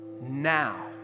now